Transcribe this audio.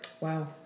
Wow